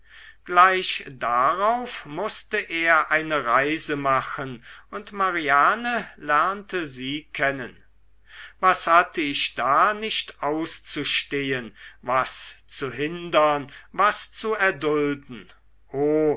gleich darauf mußte er eine reise machen und mariane lernte sie kennen was hatte ich da nicht auszustehen was zu hindern was zu erdulden o